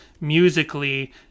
musically